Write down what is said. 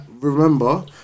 remember